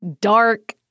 dark